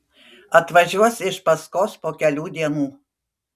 atvažiuos iš paskos po kelių dienų